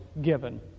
given